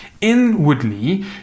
inwardly